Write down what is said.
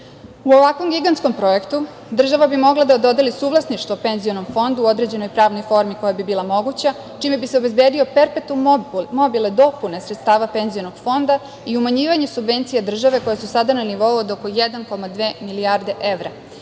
ovakvom gigantskom projektu država bi mogla da dodeli suvlasništvo penzionom fondu u određenoj pravnoj formi koja bi bila moguća, čime bi se obezbedio perpetum mobile dopune sredstava penzionog fonda i umanjivanje subvencija države koja su sada na nivou od oko 1,2 milijarde evra.